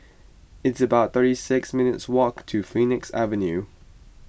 it's about thirty six minutes' walk to Phoenix Avenue